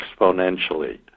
exponentially